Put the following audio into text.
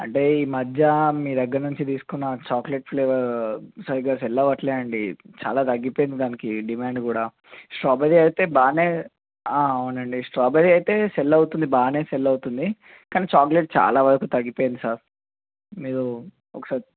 అంటే ఈ మధ్య మీ దగ్గర నుంచి తీసుకున్న చాక్లెట్ ఫ్లేవర్ సరిగా సెల్ అవ్వట్లేదు అండి చాలా తగ్గిపోయింది దానికి డిమాండ్ కూడా స్ట్రాబెరీ అయితే బాగా అవునండి స్ట్రాబెరీ అయితే సెల్ అవుతుంది బాగా సెల్ అవుతుంది కానీ చాక్లెట్ చాలా వరకు తగ్గిపోయింది సార్ మీరు ఒకసారి